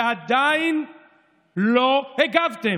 ועדיין לא הגבתם.